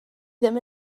ddim